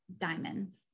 diamonds